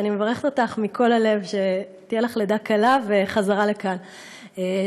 ואני מברכת אותך מכל הלב שתהיה לך לידה קלה וחזרה לכאן בקלות,